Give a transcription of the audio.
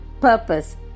purpose